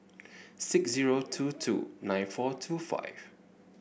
six zero two two nine four two five